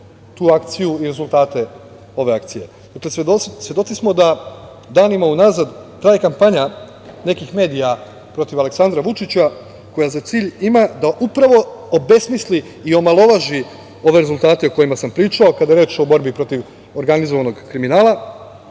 tu akciju i rezultate ove akcije. Svedoci smo da danima unazad traje kampanja nekih medija protiv Aleksandra Vučića, koja za cilj ima da upravo obesmisli i omalovaži ove rezultate o kojima sam pričao, kada je reč o borbi protiv organizovanog kriminala. Govorio